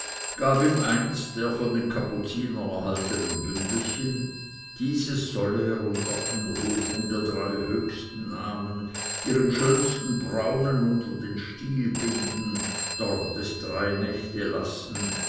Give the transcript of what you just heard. gab ihm eins der von den kapuzinern erhaltenen bündelchen dieses solle er unter ausrufung der drei höchsten namen ihrem schönsten braunen unter den stiel binden dort es drei nächte lassen